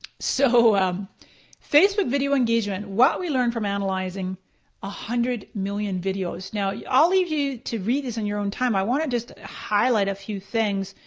so um facebook video engagement. what we learned from analyzing one ah hundred million videos. now i'll leave you to read this on your own time. i want to just highlight a few things.